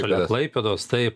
šalia klaipėdos taip